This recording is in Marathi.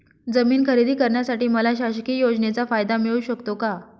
जमीन खरेदी करण्यासाठी मला शासकीय योजनेचा फायदा मिळू शकतो का?